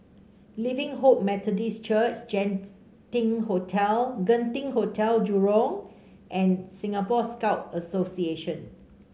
Living Hope Methodist Church Hotel Genting Hotel Jurong and Singapore Scout Association